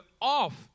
off